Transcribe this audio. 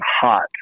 hot